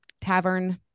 Tavern